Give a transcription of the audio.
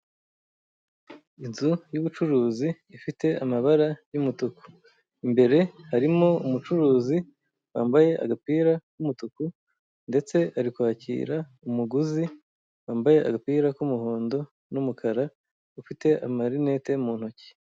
Inzu y'ubucuruzi ifite amabara y'umutuku imbere harimo umucuruzi wambaye agapira k'umutuku ndetse ari kwakira umuguzi wambaye agapira k'umuhondo n'umukara ufite amarinete mu ntoki.